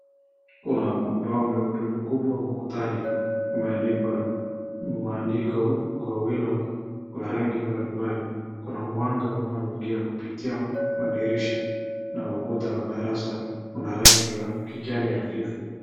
Kuna ubao mweupe mkubwa ukutani umeandikwa maandiko kwa wino kwa rangi mbalimbali. Kuna mwanga unaoingia kupitia madirisha na ukuta wa darasa una rangi wa kijani hafifu.